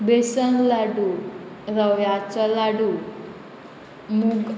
बेसन लाडू रव्याचो लाडू मुग